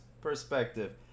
perspective